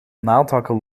naaldhakken